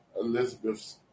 Elizabeth